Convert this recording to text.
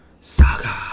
saga